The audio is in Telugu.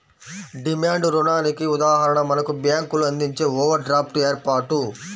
డిమాండ్ రుణానికి ఉదాహరణ మనకు బ్యేంకులు అందించే ఓవర్ డ్రాఫ్ట్ ఏర్పాటు